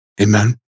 Amen